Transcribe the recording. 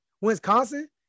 Wisconsin